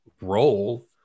role